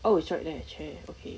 oh we tried there !chey! okay